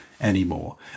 Anymore